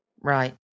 Right